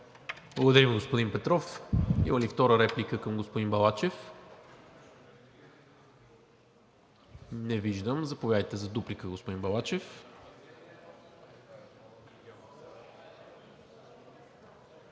Благодаря Ви, господин Петров. Има ли втора реплика към господин Балачев? Не виждам. Заповядайте за дуплика, господин Балачев.